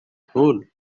hole